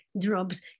drops